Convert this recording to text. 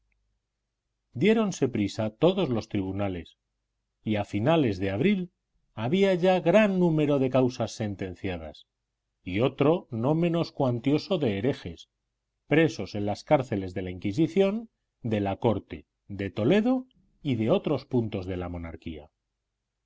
coyuntura diéronse prisa todos los tribunales y a fines de abril había ya gran número de causas sentenciadas y otro no menos cuantioso de herejes presos en las cárceles de la inquisición de la corte de toledo y de otros puntos de la monarquía